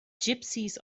gypsies